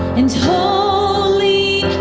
and holy